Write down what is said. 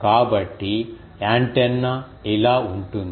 కాబట్టి యాంటెన్నా ఇలా ఉంటుంది